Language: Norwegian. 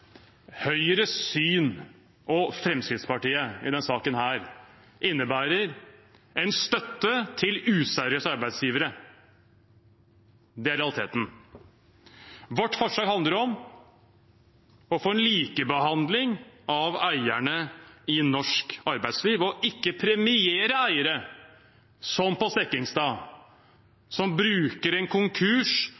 Høyres og Fremskrittspartiets syn i denne saken innebærer en støtte til useriøse arbeidsgivere. Det er realiteten. Vårt forslag handler om å få en likebehandling av eierne i norsk arbeidsliv og ikke premiere eiere som på